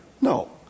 No